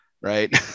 right